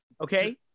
okay